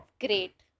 great